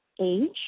age